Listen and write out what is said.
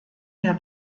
mehr